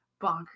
bonkers